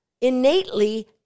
innately